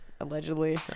allegedly